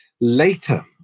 Later